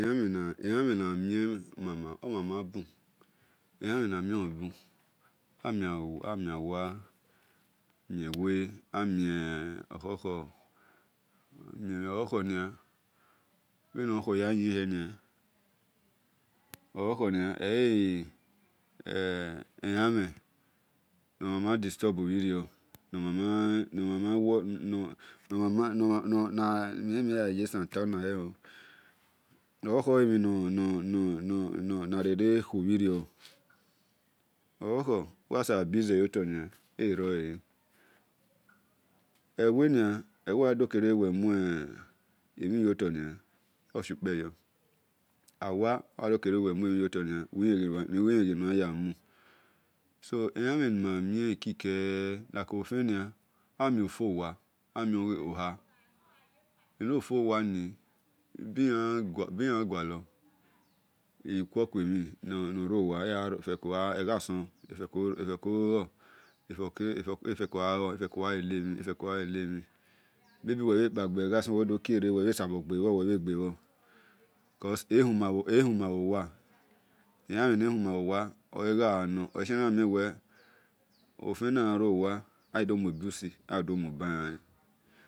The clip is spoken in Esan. Enamhen na mie mumu- omamabu elamhen namic orhu amia- wa amie we amio khor-khor olokhor nia bheno. okhor yayin niuee lamhen na mama distub. bhirior. ola khor e mhinama-ma khu bhi rio olokhor wo yan sabor bize yota nia ero- lele ewe nia ewe nakere wel mue mhi yoto orfiukpe yor nwa onakere wel mue mhi yota nia wilegho nor yan yar mu so elamhien ni ma mie kike like ofomiu amio fo wa amio gho ka enofowa-ni bian gualor ikuo-kue mhin nor rowa egha-role eghason efeko lor efeko gha loa ne mhin de wel bhe sabor kpagbe egha son day wel bhe subor gbebhor wel bhe ghe bhor because ehuma bho wa elamhen ne huma bho wa elegha nor eleshie ofen nagha ro wa aghi dor mue busi aghi dor mubalamle